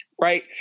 right